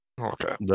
Okay